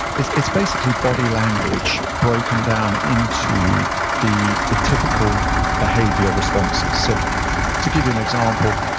it's it's basically body language broken down into the the typical behavior responses. so to give you an example,